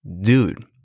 Dude